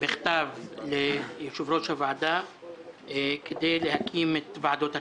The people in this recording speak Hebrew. בכתב ליושב-ראש הוועדה כדי להקים את ועדות הכנסת.